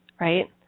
right